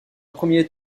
premier